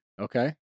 Okay